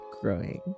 growing